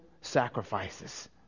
sacrifices